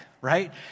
right